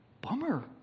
Bummer